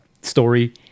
story